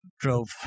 Drove